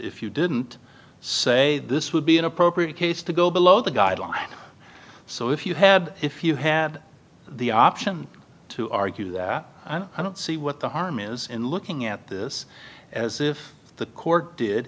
if you didn't say this would be an appropriate case to go below the guidelines so if you had if you had the option to argue that i don't see what the harm is in looking at this as if the court did